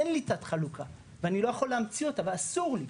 אין לי תת חלוקה ואני לא יכול להמציא אותה ואסור לי,